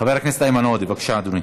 חבר הכנסת איימן עודה, בבקשה, אדוני.